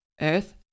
Earth